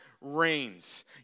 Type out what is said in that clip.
reigns